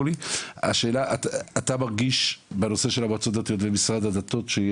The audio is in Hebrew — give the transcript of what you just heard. בנושא של המועצות הדתיות ומשרד הדתות אתה